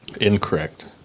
Incorrect